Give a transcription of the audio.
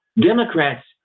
Democrats